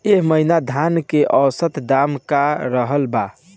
एह महीना धान के औसत दाम का रहल बा?